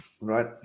Right